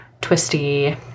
twisty